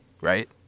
Right